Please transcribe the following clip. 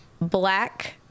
black